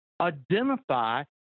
identify